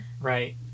right